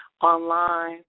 online